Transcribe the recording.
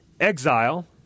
exile